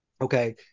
okay